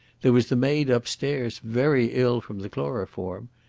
there was the maid upstairs very ill from the chloroform.